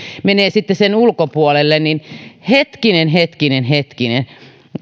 mennään sitten sen ulkopuolelle niin hetkinen hetkinen hetkinen